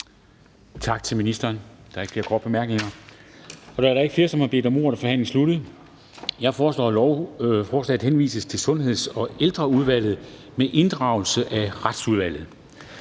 Tak til ministeren. Der er ikke flere korte bemærkninger. Da der ikke er flere, som har bedt om ordet, er forhandlingen sluttet. Jeg foreslår, at lovforslaget henvises til Sundheds- og Ældreudvalget med inddragelse af Retsudvalget.